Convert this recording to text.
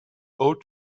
old